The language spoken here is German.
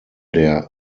der